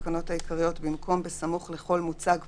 העיקריות, במקום "בסמוך לכל מוצג פעיל"